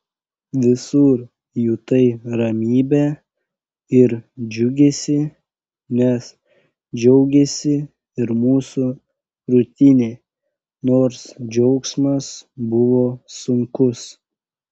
visur jutai ramybę ir džiugesį nes džiaugėsi ir mūsų krūtinė nors džiaugsmas buvo sunkus